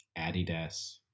Adidas